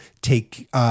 take